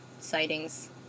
sightings